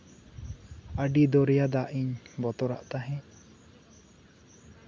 ᱟᱰᱤ ᱫᱚᱨᱭᱟ ᱫᱟᱜ ᱤᱧ ᱵᱚᱛᱚᱨᱟᱜ ᱛᱟᱦᱮᱸᱡ